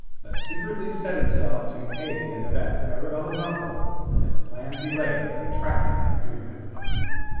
but secretly set himself to aid and abet arabella's uncle in the plans he laid for the trapping and undoing of the buccaneer.